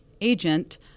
agent